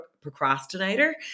procrastinator